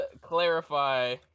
clarify